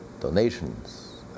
donations